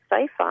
safer